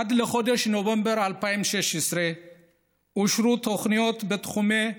עד לחודש נובמבר 2016 אושרו תוכניות בתחומי החינוך,